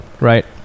right